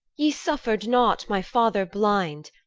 ye suffered not my father blind,